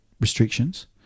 restrictions